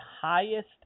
highest